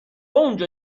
اونجا